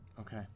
Okay